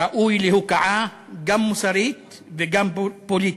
הראוי להוקעה גם מוסרית וגם פוליטית.